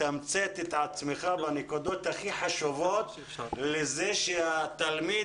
תמצת את הדברים ותעלה את הנקודות החשובות ביותר כדי שהתלמיד,